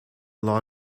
law